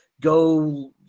go